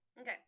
Okay